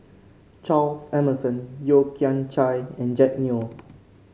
Charles Emmerson Yeo Kian Chai and Jack Neo